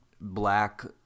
black